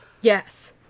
Yes